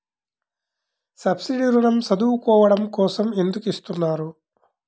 Subsidy ఋణం చదువుకోవడం కోసం ఎందుకు ఇస్తున్నారు?